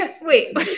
Wait